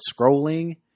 scrolling